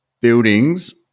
buildings